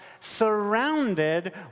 surrounded